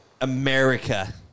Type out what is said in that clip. America